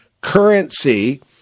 currency